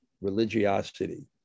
religiosity